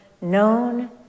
known